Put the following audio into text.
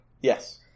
Yes